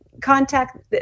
contact